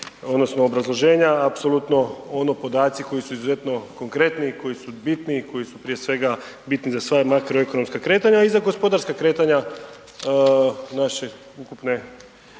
odnosno obrazloženja. Apsolutno ono podaci koji su izuzetno konkretni, koji su bitni i koji su prije svega bitni za sva makroekonomska kretanja, a i za gospodarska kretanja našeg ukupnog